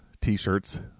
t-shirts